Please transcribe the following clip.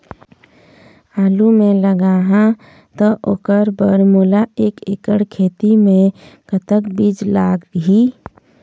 आलू मे लगाहा त ओकर बर मोला एक एकड़ खेत मे कतक बीज लाग ही?